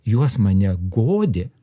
jos mane guodė